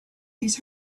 these